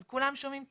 אז כולם שומעים טוב.